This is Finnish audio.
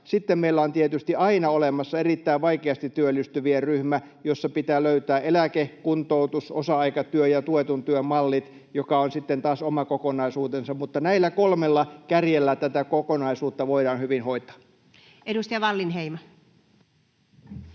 Sitten meillä on tietysti aina olemassa erittäin vaikeasti työllistyvien ryhmä, jossa pitää löytää eläke-, kuntoutus-, osa-aikatyö- ja tuetun työn mallit, mikä on sitten taas oma kokonaisuutensa. Mutta näillä kolmella kärjellä tätä kokonaisuutta voidaan hyvin hoitaa. Edustaja Wallinheimo.